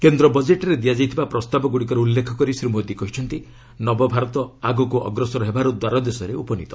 କେନ୍ଦ୍ର ବଜେଟ୍ରେ ଦିଆଯାଇଥିବା ପ୍ରସ୍ତାବଗୁଡ଼ିକର ଉଲ୍ଲେଖ କରି ଶ୍ରୀ ମୋଦୀ କହିଛନ୍ତି ନବଭାରତ ଆଗକୁ ଅଗ୍ରସର ହେବାର ଦ୍ୱାରଦେଶରେ ଉପନୀତ